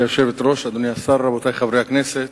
גברתי היושבת-ראש, אדוני השר, רבותי חברי הכנסת,